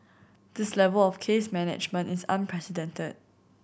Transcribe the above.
this level of case management is unprecedented